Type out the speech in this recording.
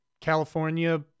California